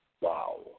wow